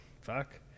fuck